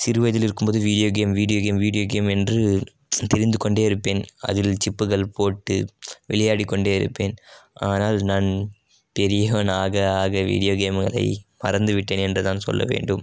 சிறு வயதில் இருக்கும் போதே video game video game video game என்று திரிந்து கொண்டே இருப்பேன் அதில் சிப்புகள் போட்டு விளையாடி கொண்டே இருப்பேன் ஆனால் நான் பெரியவன் ஆக ஆக வீடியோ கேம் அதை மறந்துவிட்டேன் என்று தான் சொல்ல வேண்டும்